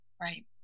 Right